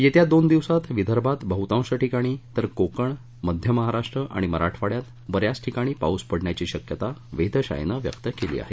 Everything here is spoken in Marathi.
येत्या दोन दिवसात विदर्भात बहूतांश ठिकाणी तर कोकण मध्यमहाराष्ट्र आणि मराठवाड्यात ब याच ठिकाणी पाऊस पडण्याची शक्यता वेधशाळेनं व्यक्त केली आहे